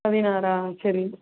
பதினாறா சரி